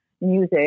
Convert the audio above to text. music